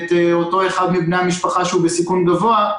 את אותו אחד מבני המשפחה שהוא בסיכון גבוה,